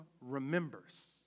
remembers